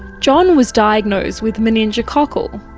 john was diagnosed with meningococcal.